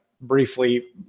briefly